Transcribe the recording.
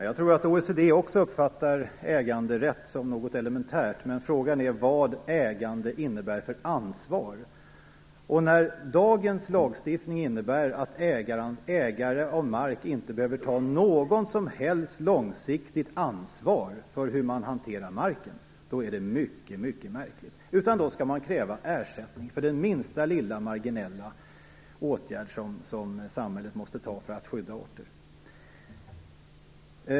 Fru talman! Jag tror att också OECD uppfattar äganderätt som något elementärt, men frågan är vad ägande innebär för ansvar. Det är mycket märkligt att dagens lagstiftning innebär att ägare av mark inte behöver ta något som helst långsiktigt ansvar för hur man hanterar marken. Man kräver ersättning för minsta lilla åtgärd som samhället måste vidta för att skydda arter.